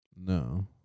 No